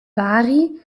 vary